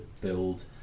build